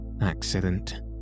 accident